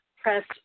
press